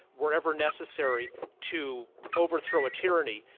were ever necessary to overthrow a tyranny,